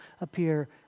appear